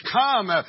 come